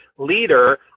leader